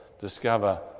discover